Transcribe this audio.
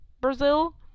Brazil